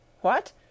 What